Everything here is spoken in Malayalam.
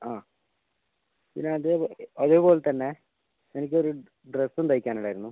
അതെ പിന്നെ അതേപോലെതന്നെ എനിക്കൊരു ഡ്രെസ്സും തയ്യ്ക്കാൻ ഉണ്ടായിരുന്നു